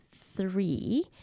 three